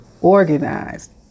organized